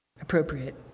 appropriate